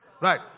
Right